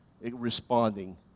responding